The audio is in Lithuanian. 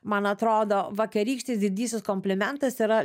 man atrodo vakarykštis didysis komplimentas yra